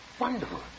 wonderful